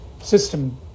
system